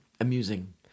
amusing